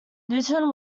newton